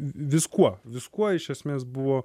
vi viskuo viskuo iš esmės buvo